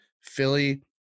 Philly